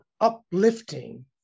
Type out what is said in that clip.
uplifting